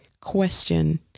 question